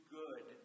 good